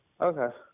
Okay